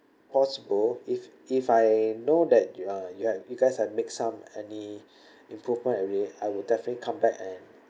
possible if if I know that you are you are you guys have make some any improvement already I will definitely come back and